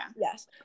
Yes